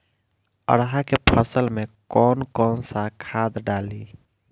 अरहा के फसल में कौन कौनसा खाद डाली?